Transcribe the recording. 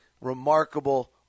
remarkable